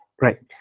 Right